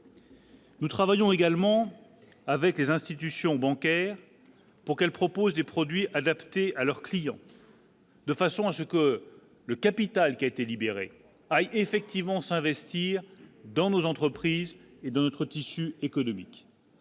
Nous travaillons également avec les institutions bancaires pour qu'elles proposent des produits adaptés à leurs clients. De façon à ce que le capital qui a été libéré, effectivement, s'investir dans nos entreprises et de notre tissu économique,